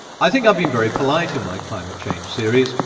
i think i'm being very polite in my climate change series,